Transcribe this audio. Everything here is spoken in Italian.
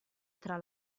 tra